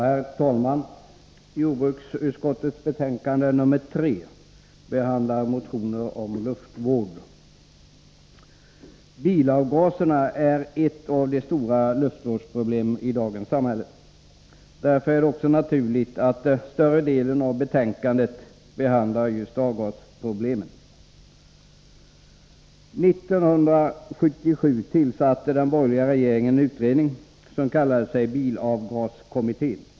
Herr talman! Jordbruksutskottets betänkande nr 3 behandlar motioner om luftvård. Bilavgaserna är ett av de stora luftvårdsproblemen i dagens samhälle. Därför är det naturligt att större delen av betänkandet behandlar just avgasproblemen. År 1977 tillsatte den borgerliga regeringen en utredning som kallade sig bilavgaskommittén.